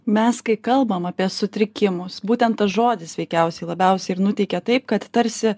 mes kai kalbam apie sutrikimus būtent tas žodis veikiausiai labiausiai ir nuteikia taip kad tarsi